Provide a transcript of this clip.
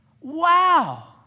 wow